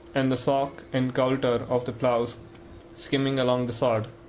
and the sock and coulter of the plough skimming along the sod,